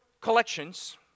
collections